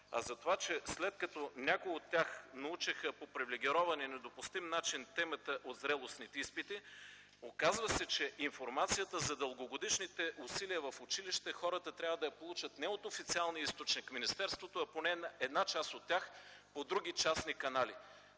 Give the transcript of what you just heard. а за това, че след като някои от тях научиха по привилегирован и недопустим начин темата от зрелостните изпити, оказва се, че информацията за дългогодишните усилия в училище хората трябва да получат не от официалния източник – от министерството, а поне една част от тях – от други частни канали.